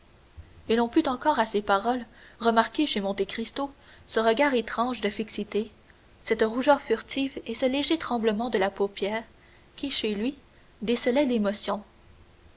et l'on put encore à ces paroles remarquer chez monte cristo ce regard étrange de fixité cette rougeur furtive et ce léger tremblement de la paupière qui chez lui décelaient l'émotion